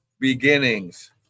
beginnings